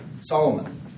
Solomon